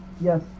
Yes